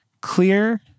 clear